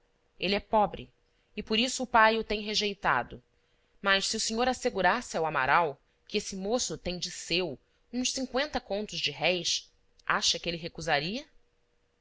ele é pobre e por isso o pai o tem rejeitado mas se o senhor assegurasse ao amaral que esse moço tem de seu uns cinqüenta contos de réis acha que ele recusaria